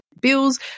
bills